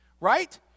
Right